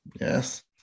Yes